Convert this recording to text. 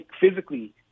physically